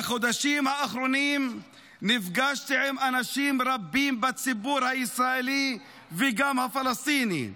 בחודשים האחרונים נפגשתי עם אנשים רבים בציבור הישראלי וגם הפלסטיני,